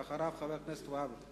ואחריו, חבר הכנסת והבה.